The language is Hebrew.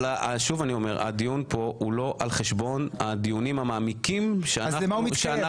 שוב אני אומר הדיון כאן הוא לא על חשבון הדיונים המעמיקים שנעשה.